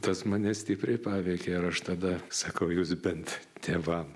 tas mane stipriai paveikė ir aš tada sakau jūs bent tėvam